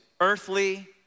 earthly